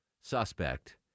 suspect